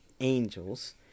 Angels